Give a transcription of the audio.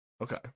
Okay